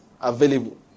available